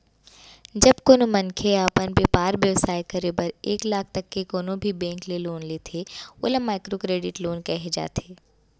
जब कोनो मनखे ह अपन बेपार बेवसाय करे बर एक लाख तक के कोनो भी बेंक ले लोन लेथे ओला माइक्रो करेडिट लोन कहे जाथे